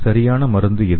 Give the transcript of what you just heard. சரியான மருந்து எது